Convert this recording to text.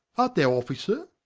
art thou officer,